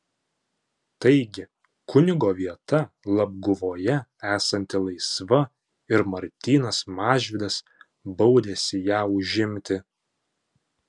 taigi kunigo vieta labguvoje esanti laisva ir martynas mažvydas baudėsi ją užimti